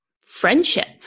friendship